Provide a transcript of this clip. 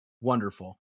wonderful